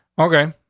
okay,